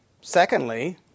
Secondly